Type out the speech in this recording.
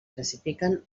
classifiquen